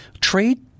Trade